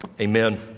Amen